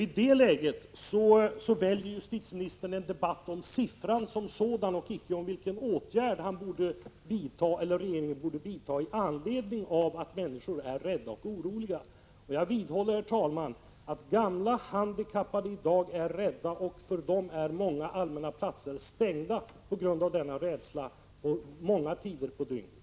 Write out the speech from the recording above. I det läget väljer justitieministern en debatt om siffran som sådan och icke om vilken åtgärd regeringen borde vidta med anledning av att människor är rädda och oroliga. Jag vidhåller, herr talman, att gamla och handikappade i dag är rädda. För dem är många allmänna platser stängda långa tider av dygnet på grund av denna rädsla.